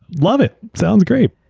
love it. sounds great.